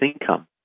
income